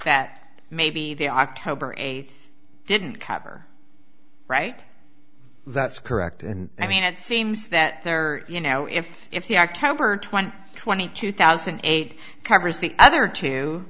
that maybe the october eighth didn't cover right that's correct and i mean it seems that there are you know if if the october twenty twenty two thousand eight covers the other two